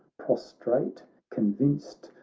prostrate, convinced,